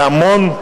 והמון,